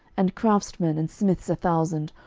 and craftsmen and smiths a thousand,